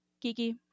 kiki